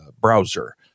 browser